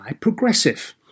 Progressive